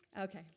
Okay